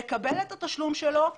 לקבל את התשלום שלו ולהיעלם.